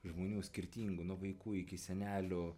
žmonių skirtingų nuo vaikų iki senelių